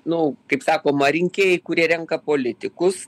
nu kaip sakoma rinkėjai kurie renka politikus